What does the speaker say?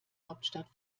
hauptstadt